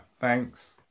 thanks